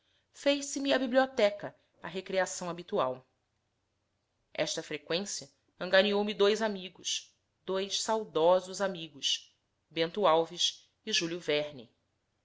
fez se me a biblioteca a recreação habitual esta freqüência angariou me dois amigos dois saudosos amigos bento alves e júlio verne